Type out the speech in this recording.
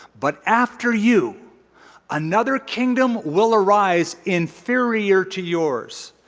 but after you another kingdom will arise inferior to yours.